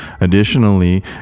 Additionally